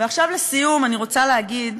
עכשיו, לסיום אני רוצה להגיד,